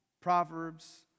Proverbs